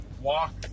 walk